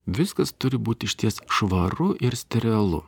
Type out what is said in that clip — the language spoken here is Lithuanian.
viskas turi būti išties švaru ir sterilu